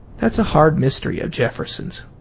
that's a hard mystery of jefferson's.